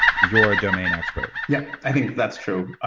you're a domain expert. yep, i think that's true.